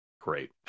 great